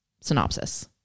synopsis